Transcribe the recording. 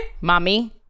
mommy